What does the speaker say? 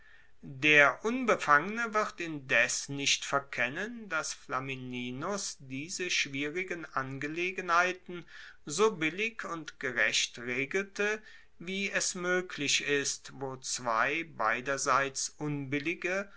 der unbefangene wird indes nicht verkennen dass flamininus diese schwierigen angelegenheiten so billig und gerecht regelte wie es moeglich ist wo zwei beiderseits unbillige